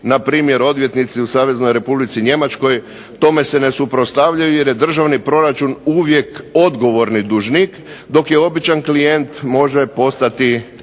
Npr. odvjetnici u Saveznoj Republici Njemačkoj tome se ne suprotstavljaju jer je državni proračun uvijek odgovorni dužnik, dok običan klijent može postati